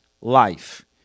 life